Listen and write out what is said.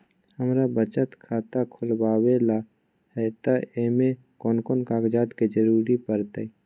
हमरा बचत खाता खुलावेला है त ए में कौन कौन कागजात के जरूरी परतई?